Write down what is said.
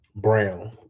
Brown